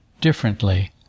differently